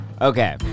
Okay